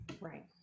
right